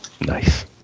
Nice